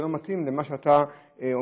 זה לא מתאים למה שאתה אומר.